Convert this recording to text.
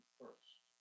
first